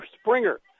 Springer